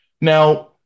now